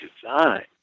design